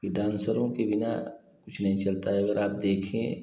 कि डांसरो के बिना कुछ नहीं चलता है अगर आप देखें